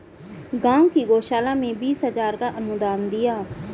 गांव की गौशाला में बीस हजार का अनुदान दिया